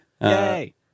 Yay